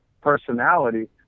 personality